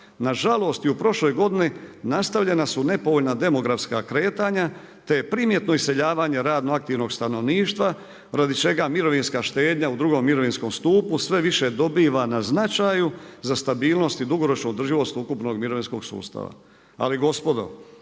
nažalost i u prošloj godini nastavljena su nepovoljna demografska kretanja te je primjeno iseljavanje radno aktivnog stanovništva radi čega mirovinska štednja u drugom mirovinskom stupu sve više dobiva na značaju za stabilnost i dugoročnu održivost ukupnog mirovinskog sustava“. Ali gospodo,